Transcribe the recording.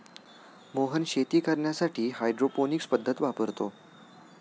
मोहन शेती करण्यासाठी हायड्रोपोनिक्स पद्धत वापरतो